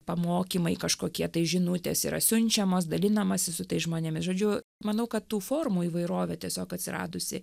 pamokymai kažkokie tai žinutės yra siunčiamos dalinamasi su tais žmonėmis žodžiu manau kad tų formų įvairovė tiesiog atsiradusi